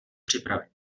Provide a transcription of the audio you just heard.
připravit